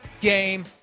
game